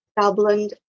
Dublin